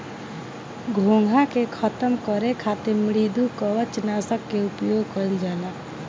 घोंघा के खतम करे खातिर मृदुकवच नाशक के उपयोग कइल जाला